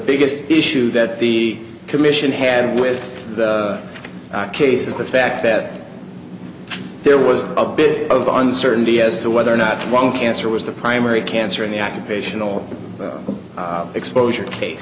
biggest issue that the commission had with the case is the fact that there was a bit of uncertainty as to whether or not one cancer was the primary cancer in the occupation or exposure